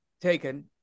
taken